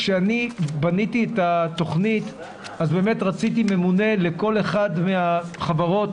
כשבניתי את התכנית באמת רציתי ממונה לכל אחת מהחברות